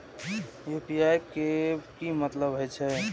UPI के की मतलब हे छे?